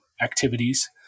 activities